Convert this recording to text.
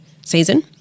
season